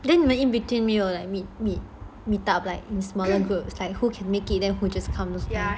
then 你们 in between 没有 like meet meet meet up like in smaller groups like who can make it then who just comes those kind